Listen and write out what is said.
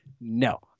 No